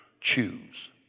choose